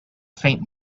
faint